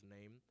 name